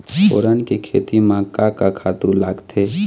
फोरन के खेती म का का खातू लागथे?